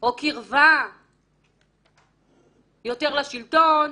או קרבה יותר לשלטון,